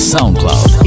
Soundcloud